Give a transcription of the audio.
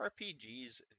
RPGs